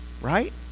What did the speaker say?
right